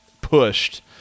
pushed